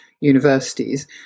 Universities